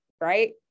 Right